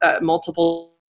multiple